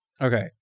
Okay